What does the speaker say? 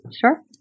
Sure